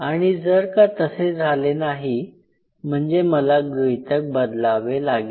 आणि जर का तसे नाही झाले म्हणजे मला गृहीतक बदलावे लागेल